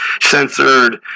censored